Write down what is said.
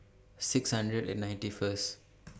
six hundred and ninety First